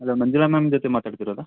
hello Manjula ma'am ಜೊತೆ ಮಾತಾಡ್ತಿರೋದಾ